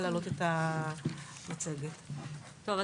כאמור,